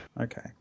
Okay